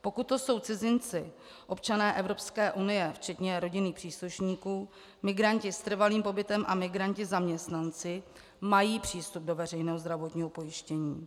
Pokud to jsou cizinci občané Evropské unie včetně rodinných příslušníků, migranti s trvalým pobytem a migranti zaměstnanci, mají přístup do veřejného zdravotního pojištění.